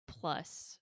plus